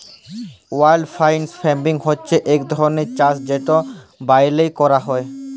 wildlife farming হছে ইক ধরলের চাষ যেট ব্যইলে ক্যরা হ্যয়